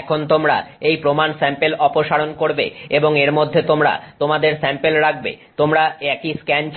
এখন তোমরা এই প্রমাণ স্যাম্পেল অপসারণ করবে এবং এর মধ্যে তোমরা তোমাদের স্যাম্পেল রাখবে তোমরা একই স্ক্যান্ চালাবে